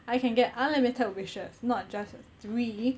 I can get unlimited wishes not just three